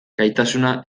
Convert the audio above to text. gaitasuna